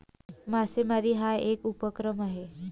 मासेमारी हा एक उपक्रम आहे